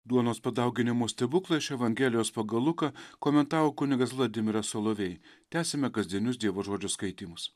duonos padauginimo stebuklą iš evangelijos pagal luką komentavo kunigas vladimiras solovej tęsime kasdienius dievo žodžio skaitymus